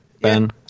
Ben